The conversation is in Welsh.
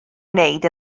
wneud